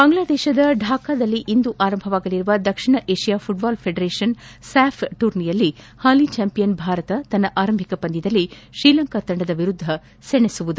ಬಾಂಗ್ಲಾದೇಶದ ಢಾಕಾದಲ್ಲಿ ಇಂದು ಆರಂಭವಾಗಲಿರುವ ದಕ್ಷಿಣ Asia football federation Staff ಟೂರ್ನಿಯಲ್ಲಿ ಹಾಲಿ ಚಾಂಪಿಯನ್ ಭಾರತ ತನ್ನ ಆರಂಭಿಕ ಪಂದ್ಯದಲ್ಲಿ ಶ್ರೀಲಂಕಾ ತಂಡದ ವಿರುದ್ಧ ಸೆಣಸಲಿದೆ